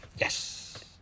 yes